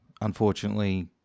unfortunately